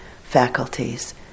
faculties